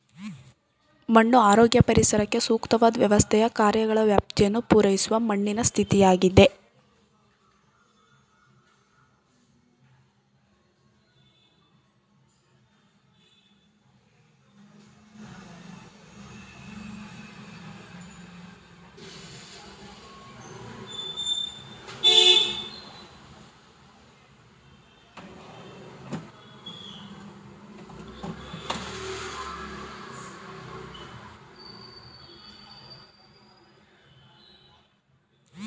ಮಣ್ಣು ಆರೋಗ್ಯ ಪರಿಸರಕ್ಕೆ ಸೂಕ್ತವಾದ್ ವ್ಯವಸ್ಥೆಯ ಕಾರ್ಯಗಳ ವ್ಯಾಪ್ತಿಯನ್ನು ಪೂರೈಸುವ ಮಣ್ಣಿನ ಸ್ಥಿತಿಯಾಗಿದೆ